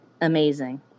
amazing